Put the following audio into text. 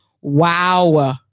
Wow